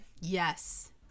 Yes